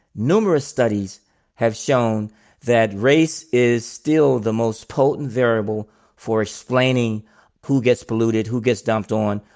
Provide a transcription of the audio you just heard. numerous studies have shown that race is still the most potent variable for explaining who gets polluted, who gets dumped on,